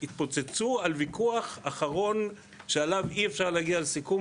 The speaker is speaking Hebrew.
התפוצצו על ויכוח אחרון שעליו אי אפשר להגיע לסיכום,